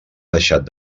deixat